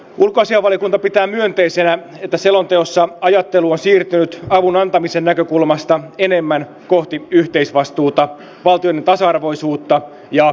ulkoasiainvaliokunta pitää myönteisenä että selonteossa ajattelu on siirtynyt avunantamisen näkökulmasta enemmän kohti yhteisvastuuta valtioiden tasa arvoisuutta ja yhteistyötä